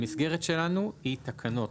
המסגרת שלנו היא תקנות,